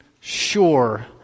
sure